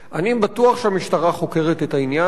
אני בטוח שהמשטרה חוקרת את העניין,